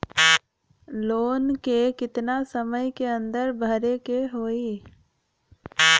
Loan के कितना समय के अंदर भरे के होई?